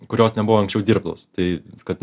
kurios nebuvo anksčiau dirbtos tai kad